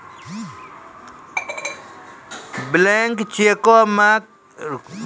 blank चेको मे खाली साइन करलो रहै छै